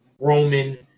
Roman